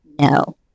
no